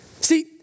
See